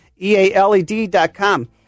E-A-L-E-D.com